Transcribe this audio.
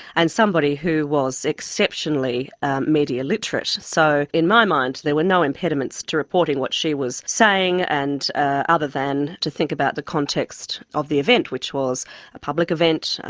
and somebody who was exceptionally media literate. so, in my mind there were no impediments to reporting what she was saying, and ah other than to think about the context of the event, which was a public event,